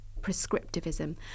prescriptivism